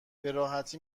براحتی